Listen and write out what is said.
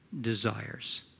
desires